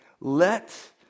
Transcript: Let